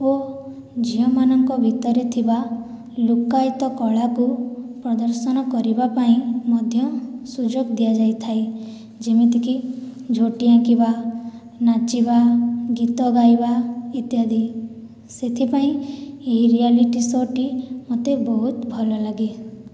ଓ ଝିଅମାନଙ୍କ ଭିତରେ ଥିବା ଲୁକାୟିତ କଳାକୁ ପ୍ରଦର୍ଶନ କରିବା ପାଇଁ ମଧ୍ୟ ସୁଯୋଗ ଦିଆ ଯାଇଥାଏ ଯେମିତି କି ଝୋଟି ଆଙ୍କିବା ନାଚିବା ଗୀତ ଗାଇବା ଇତ୍ୟାଦି ସେଥିପାଇଁ ଏହି ରିୟାଲିଟି ସୋ ଟି ମୋତେ ବହୁତ ଭଲ ଲାଗେ